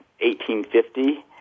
1850